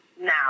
Now